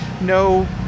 no